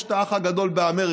יש את האח הגדול באמריקה,